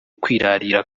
kwirarira